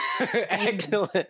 Excellent